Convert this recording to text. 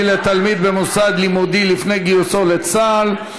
לתלמיד במוסד לימודי לפני גיוסו לצה"ל),